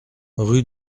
rue